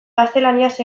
gaztelaniaz